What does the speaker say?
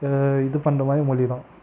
இது பண்ணுற மாதிரி மொழி தான்